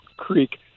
creek